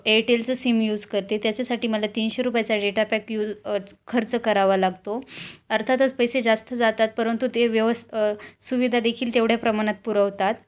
एअरटेलचं SIM use करते त्याच्यासाठी मला तीनशे रुपयाचा डेटा पॅक यूज खर्च करावा लागतो अर्थातच पैसे जास्त जातात परंतु ते व्यवस् सुविधा देखील तेवढ्या प्रमाणात पुरवतात